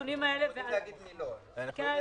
את הנתונים אני מכירה טוב-טוב.